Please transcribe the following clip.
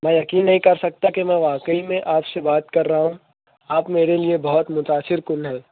میں یقین نہیں کر سکتا کہ میں واقعی میں آپ سے بات کر رہا ہوں آپ میرے لئے بہت متاثرکُن ہیں